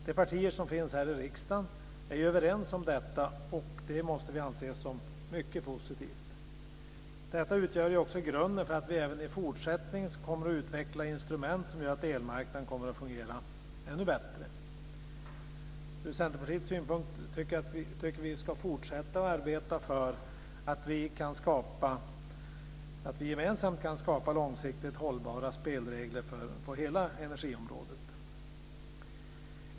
De partier som finns här i riksdagen är överens om detta, och det måste vi anse som mycket positivt. Detta utgör grunden för att vi även i fortsättningen kommer att utveckla instrument som gör att elmarknaden kommer att fungera ännu bättre. Ur Centerpartiets synpunkt tycker jag att vi ska fortsätta arbeta för att gemensamt skapa långsiktigt hållbara spelregler på hela energiområdet.